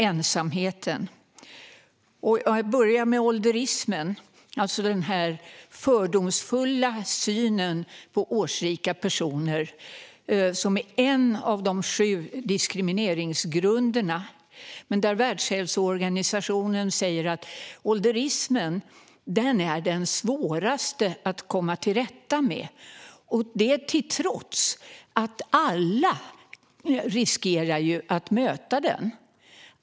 Jag börjar med ålderismen, alltså den fördomsfulla synen på årsrika personer som är en av de sju diskrimineringsgrunderna. Världshälsoorganisationen säger att ålderismen är den svåraste av diskrimineringsgrunderna att komma till rätta med, och det trots att alla riskerar att möta den.